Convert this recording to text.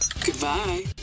Goodbye